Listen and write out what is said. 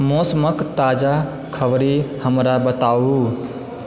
मौसमके ताजा खबरि हमरा बताउ